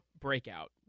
breakout